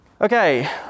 Okay